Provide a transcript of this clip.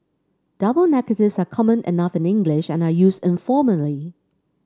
double negatives are common enough in English and are used informally